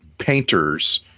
Painters